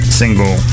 single